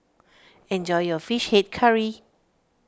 enjoy your Fish Head Curry